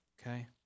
okay